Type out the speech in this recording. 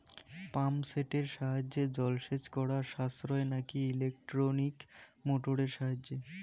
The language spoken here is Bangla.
পাম্প সেটের সাহায্যে জলসেচ করা সাশ্রয় নাকি ইলেকট্রনিক মোটরের সাহায্যে?